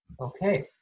Okay